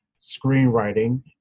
screenwriting